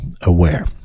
aware